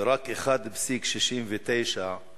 ורק 1.69%